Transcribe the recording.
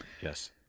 Yes